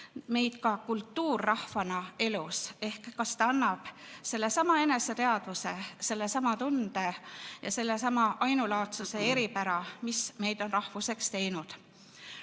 meid kultuurrahvana elus ehk kas ta annab sellesama eneseteadvuse, sellesama tunde ja sellesama ainulaadsuse eripära, mis meid on rahvuseks teinud.